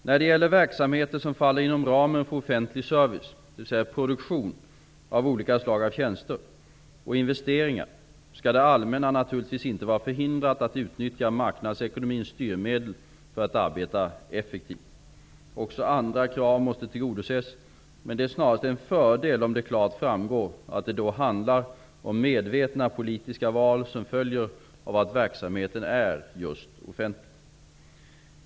När det gäller verksamheter som faller inom ramen för offentlig service, dvs. produktion av olika slag av tjänster, och investeringar, skall det allmänna naturligtvis inte vara förhindrat att utnyttja marknadsekonomins styrmedel för att arbeta effektivt. Också andra krav måste tillgodoses, men det är snarast en fördel om det klart framgår att det då handlar om medvetna politiska val som följer av att verksamheten är just offentlig.